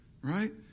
Right